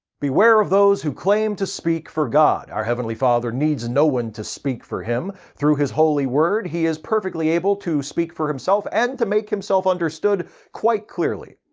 beware of those who claim to speak for god. our heavenly father needs no one to speak for him. through his holy word he is perfectly able to speak for himself and make himself understood quite clearly.